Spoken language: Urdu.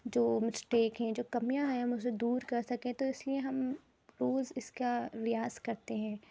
جو مسٹیک ہیں جو کمیاں ہیں ہم اسے دور کر سکیں تو اس لیے ہم روز اس کا ریاض کرتے ہیں